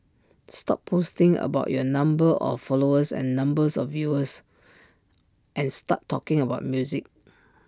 stop posting about your number of followers and numbers of views and start talking about music